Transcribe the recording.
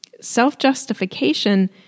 Self-justification